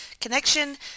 connection